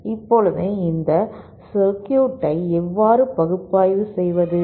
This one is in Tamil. இப்போது இந்த சர்க்யூட் ஐ எவ்வாறு பகுப்பாய்வு செய்வது